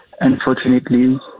unfortunately